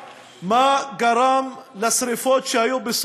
הסיבה הייתה אהבה בוערת.